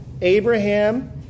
Abraham